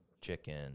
chicken